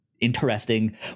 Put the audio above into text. interesting